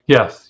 Yes